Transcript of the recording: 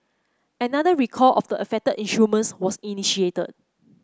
another recall of the affected instruments was initiated